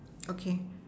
okay